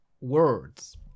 words